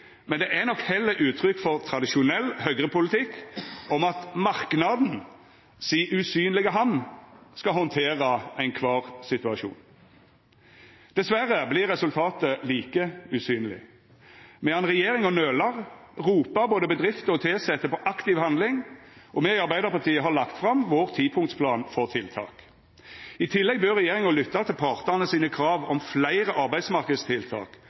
men det er nok heller uttrykk for tradisjonell høgrepolitikk om at marknaden si usynlege hand skal handtera alle situasjonar. Diverre vert resultatet like usynleg. Medan regjeringa nøler, ropar både bedrifter og tilsette på aktiv handling, og me i Arbeidarpartiet har lagt fram vår tipunkts plan for tiltak. I tillegg bør regjeringa lytta til partane sine krav om fleire arbeidsmarknadstiltak